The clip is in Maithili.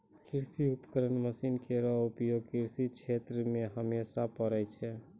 कृषि उपकरण मसीन केरो उपयोग कृषि क्षेत्र मे हमेशा परै छै